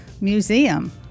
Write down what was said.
museum